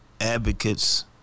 advocates